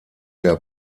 der